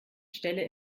stelle